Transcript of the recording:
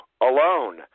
alone